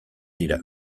dira